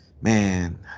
man